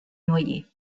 noyers